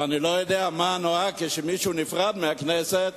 אני לא יודע מה הנוהג כשמישהו נפרד מהכנסת,